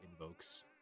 invokes